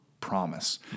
Promise